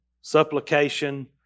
supplication